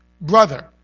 brother